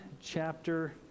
chapter